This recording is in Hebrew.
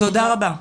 תודה רבה.